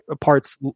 parts